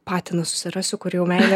patiną susirasiu kur jau meilė